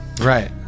Right